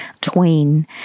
tween